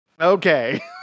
Okay